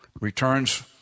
returns